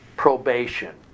probation